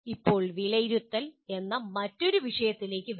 ഇപ്പോൾ "വിലയിരുത്തൽ" എന്ന മറ്റൊരു വിഷയത്തിലേക്ക് വരിക